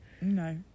No